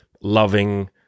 loving